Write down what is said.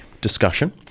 discussion